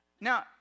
Now